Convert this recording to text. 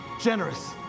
generous